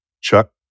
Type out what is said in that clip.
Chuck